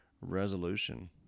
resolution